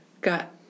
got